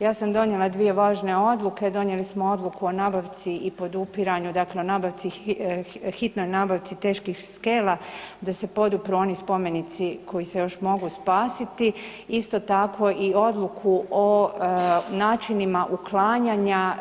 Ja sam donijela dvije važne odluke, donijeli smo odluku o nabaci i podupiranju, dakle o hitnoj nabavci teških skela da se podupru oni spomenici koji se još mogu spasiti, isto tako i odluku o načinima uklanjanja